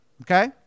Okay